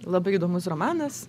labai įdomus romanas